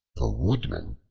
the woodman,